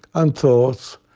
and thoughts,